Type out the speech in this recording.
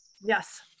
Yes